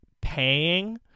paying